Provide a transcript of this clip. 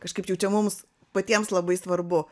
kažkaip jau čia mums patiems labai svarbu